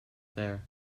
there